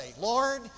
Lord